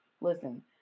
listen